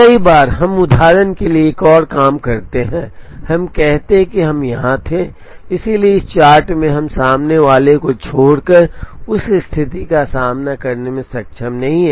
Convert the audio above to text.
कई बार हम उदाहरण के लिए एक और काम करते हैं हम कहते हैं कि हम यहाँ थे इसलिए इस चार्ट में हम सामने वाले को छोड़कर उस स्थिति का सामना करने में सक्षम नहीं हैं